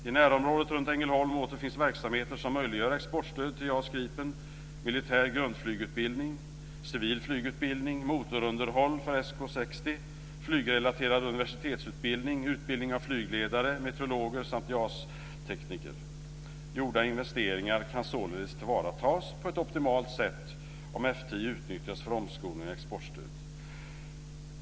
I närområdet runt Ängelholm återfinns verksamheter som möjliggör exportstöd till JAS 39 Gripen, militär grundflygutbildning, civil flygutbildning, motorunderhåll på SK 60, flygrelaterad universitetsutbildning, utbildning av flygledare, meteorologer samt JAS 39-tekniker. Gjorda investeringar kan således tillvaratas på ett optimalt sätt om F 10 utnyttjas för omskolning och exportstöd.